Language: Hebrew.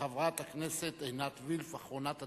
חברת הכנסת עינת וילף, אחרונת הדוברים,